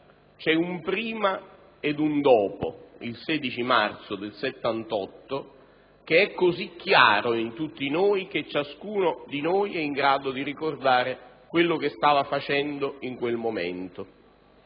C'è un prima ed un dopo il 16 marzo del 1978 che è così chiaro in tutti noi che ciascuno di noi è in grado di ricordare quel stava facendo in quel momento.